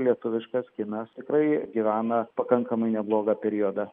lietuviškas kinas tikrai gyvena pakankamai neblogą periodą